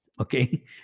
Okay